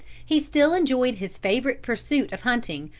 he still enjoyed his favorite pursuit of hunting,